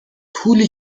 پولی